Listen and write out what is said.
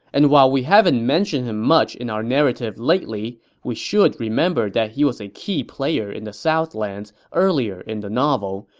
and while we haven't mentioned him much in our narrative lately, we should remember that he was a key player in the southlands earlier in the novel.